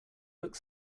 looked